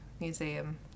museum